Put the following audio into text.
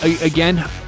again